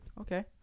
Okay